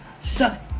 Suck